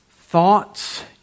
thoughts